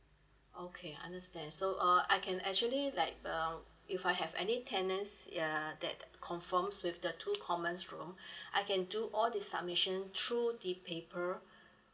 okay understand so uh I can actually like um if I have any tenants yeah that confirms with the two commons room I can do all the submission through the paper